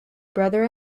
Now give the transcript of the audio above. brother